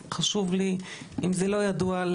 אם זה לא ידוע,